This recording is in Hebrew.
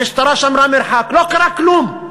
המשטרה שמרה מרחק, לא קרה כלום.